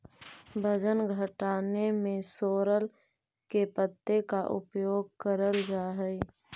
वजन घटाने में सोरल के पत्ते का उपयोग करल जा हई?